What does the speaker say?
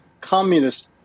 Communist